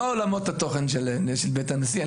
לא עולמות התוכן של בית הנשיא.